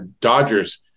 Dodgers